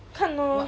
看 lor